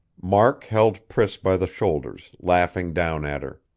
mark held priss by the shoulders, laughing down at her.